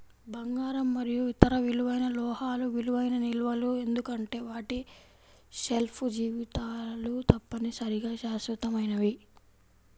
బంగారం మరియు ఇతర విలువైన లోహాలు విలువైన నిల్వలు ఎందుకంటే వాటి షెల్ఫ్ జీవితాలు తప్పనిసరిగా శాశ్వతమైనవి